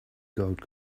gold